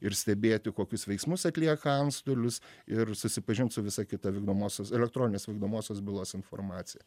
ir stebėti kokius veiksmus atlieka antstolius ir susipažint su visa kita vykdomosios elektroninės vykdomosios bylos informacija